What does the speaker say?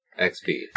XP